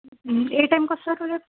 ఏ టైమ్కు వస్తారు మీరు